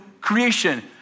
creation